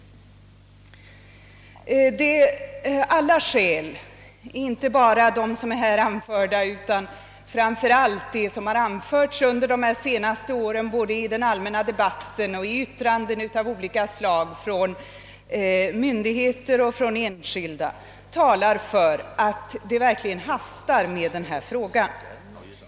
Alla skäl — inte bara de här anförda utan framför allt de som har anförts under de senaste åren såväl i den allmänna debatten som i yttranden av olika slag från myndigheter och enskilda — talar för att det verkligen hastar med en lösning av denna fråga.